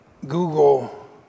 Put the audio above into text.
Google